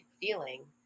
feeling